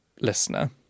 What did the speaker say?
listener